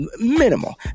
minimal